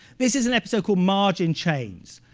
this is an episode called marge in chains.